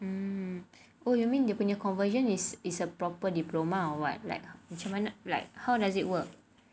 hmm oh you mean the your conversion is is a proper diploma or what like macam mana like how does it work